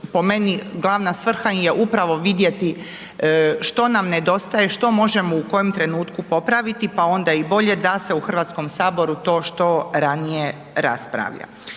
po meni, glavna svrha im je upravo vidjeti što nam nedostaje, što možemo u kojem trenutku popraviti pa onda i bolje da se u Hrvatskom saboru to što ranije raspravlja.